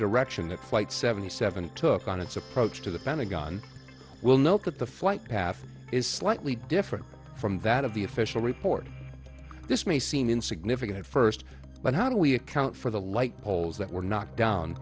direction that flight seventy seven took on its approach to the pentagon will note that the flight path is slightly different from that of the official report this may seem insignificant first but how do we account for the light poles that were knocked down